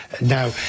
now